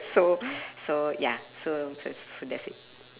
so so ya so so that's it